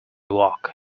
walk